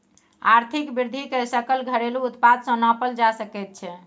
आर्थिक वृद्धिकेँ सकल घरेलू उत्पाद सँ नापल जा सकैत छै